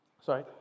Sorry